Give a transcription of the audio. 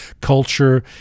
culture